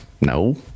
No